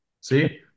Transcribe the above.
see